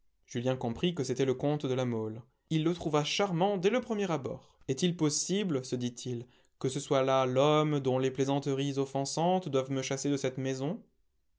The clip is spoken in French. julien comprit que c'était le comte de la mole il le trouva charmant dès le premier abord est-il possible se dit-il que ce soit là l'homme dont les plaisanteries offensantes doivent me chasser de cette maison